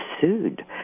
sued